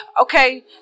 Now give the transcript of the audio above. Okay